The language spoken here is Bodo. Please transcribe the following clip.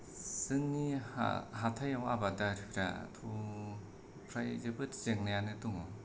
जोंनि हा हाथायाव आबादारिफोराथ' फ्राय जोबोद जेंनायानो दङ